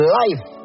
life